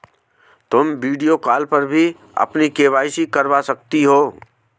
तुम video call पर भी अपनी के.वाई.सी करवा सकती हो